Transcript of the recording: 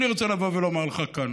אני רוצה לבוא ולומר לך כאן